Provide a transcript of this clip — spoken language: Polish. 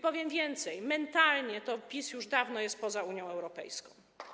Powiem więcej, mentalnie PiS już dawno jest poza Unią Europejską.